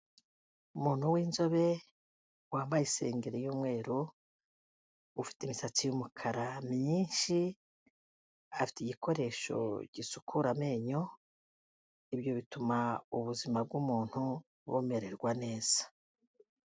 Umuntu w'inzobe wambaye isengeri y'umweru ufite imisatsi y'umukara myinshi afite igikoresho gisukura amenyo ibyo bituma ubuzima bw'umuntu bumererwa neza.